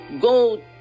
go